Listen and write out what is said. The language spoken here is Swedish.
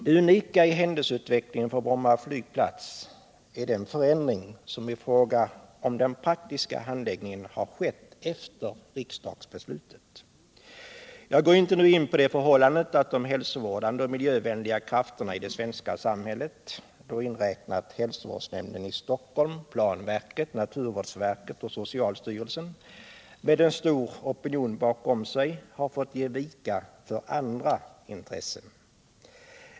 Det unika i händelseutvecklingen för Bromma flygplats är den förändring som i fråga om den praktiska handläggningen skett efter riksdagsbeslutet. Jag går inte nu in på det förhållandet att de hälsovårdande och miljövänliga krafterna i det svenska samhället — då inräknade hälsovårdsnämnden i Stockholm, planverket, naturvårdsverket och socialstyrelsen — med en stor opinion baxom sig har fått ge vika för andra intressen.